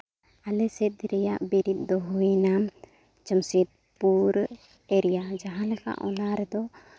ᱟᱞᱮ ᱥᱮᱫ ᱨᱮᱭᱟᱜ ᱵᱤᱨᱤᱫᱽ ᱫᱚ ᱦᱩᱭᱱᱟ ᱡᱟᱢᱥᱮᱫᱽᱯᱩᱨ ᱮᱨᱤᱭᱟ ᱡᱟᱦᱟᱸ ᱞᱮᱠᱟ ᱚᱱᱟ ᱮᱨᱤᱭᱟ ᱨᱮᱫᱚ